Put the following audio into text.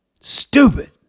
Stupid